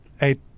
eight